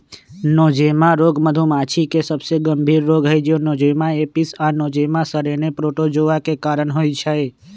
Nosema रोग मधुमाछी के सबसे गंभीर रोग हई जे नोज़ेमा एपिस आ नोज़ेमा सेरेने प्रोटोज़ोआ के कारण होइ छइ